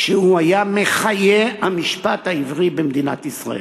שהיה מחיה המשפט העברי במדינת ישראל.